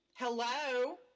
Hello